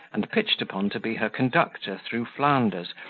and pitched upon to be her conductor through flanders,